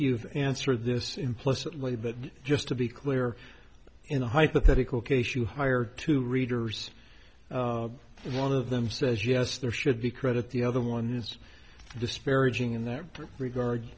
you've answered this implicitly but just to be clear in the hypothetical case you hire two readers one of them says yes there should be credit the other one is disparaging in that regard